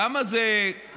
למה זה מוזר,